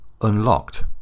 unlocked